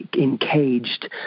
encaged